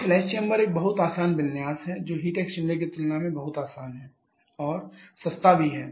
तो flash chamber एक बहुत आसान विन्यास है जो हीट एक्सचेंजर की तुलना में बहुत आसान है और सस्ता भी है